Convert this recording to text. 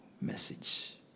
message